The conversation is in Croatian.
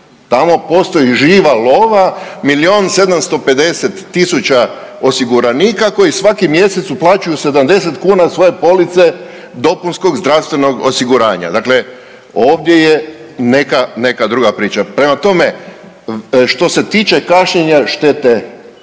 Tamo postoji živa lova, milion 750 tisuća osiguranika koji svaki mjesec uplaćuju 70 kuna svoje police dopunskog zdravstvenog osiguranja. Dakle, ovdje je neka druga priča. Prema tome, što se tiče kašnjenje štete,